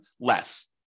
less